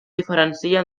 diferencia